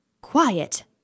Quiet